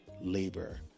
labor